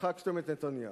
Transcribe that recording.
הצחקתם את נתניהו.